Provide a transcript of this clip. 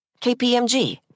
KPMG